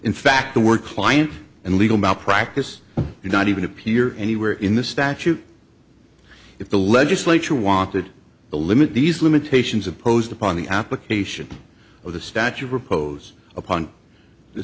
in fact the word client and legal malpractise do not even appear anywhere in the statute if the legislature wanted to limit these limitations imposed upon the application of the statute propose upon th